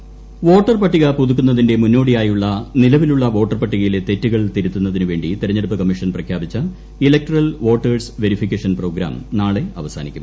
വോട്ടർപട്ടിക പുതുക്കൽ വോട്ടർപട്ടിക പുതുക്കുന്നതിന്റെ മുന്നോടിയായുള്ള നിലവിലുള്ള വോട്ടർപട്ടികയിലെ തെററുകൾ തിരുത്തുന്നതിന് വേണ്ടി തെരഞ്ഞെടുപ്പ് കമ്മിഷൻ പ്രഖ്യാപിച്ച ഇലക്ടറൽ വോട്ടേഴ്സ് വെരിഫിക്കേഷൻ പ്രോഗ്രാം നാളെ അവസാനിക്കും